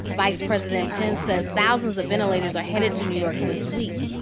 vice president pence says thousands of ventilators are headed to new york this week.